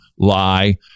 lie